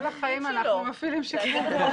כל החיים אנחנו מפעילים שיקול דעת.